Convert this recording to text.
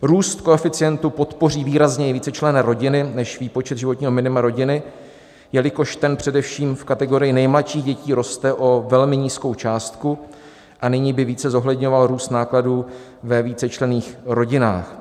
Růst koeficientu podpoří výrazněji vícečlenné rodiny než výpočet životního minima rodiny, jelikož ten především v kategorii nejmladších dětí roste o velmi nízkou částku a nyní by více zohledňoval růst nákladů ve vícečlenných rodinách.